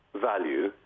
value